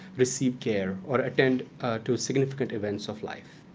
receive care, or attend to significant events of life.